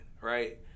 right